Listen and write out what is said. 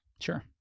Sure